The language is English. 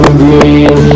green